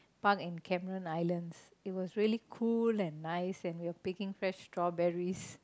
park in Cameron islands it was really cool and nice and we were picking fresh strawberries